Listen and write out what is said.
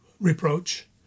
reproach